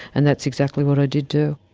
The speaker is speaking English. and that's exactly what i did do.